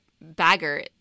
Bagger